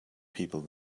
people